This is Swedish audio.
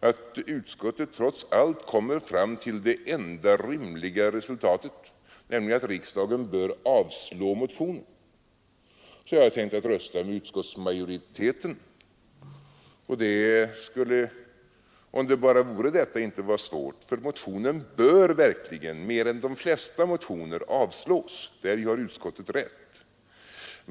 att utskottet trots allt kommer till det enda rimliga resultatet, nämligen att riksdagen bör avslå motionen, hade jag tänkt rösta med utskottsmajoriteten, och det skulle, om det bara vore detta, inte vara svårt, för motionen bör verkligen, mer än de flesta motioner, avslås — däri har utskottet rätt.